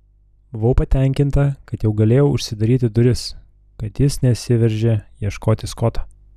buvau patenkinta kad jau galėjau užsidaryti duris kad jis nesiveržė ieškoti skoto